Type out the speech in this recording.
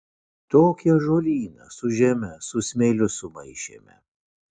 tokį ąžuolyną su žeme su smėliu sumaišėme